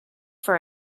for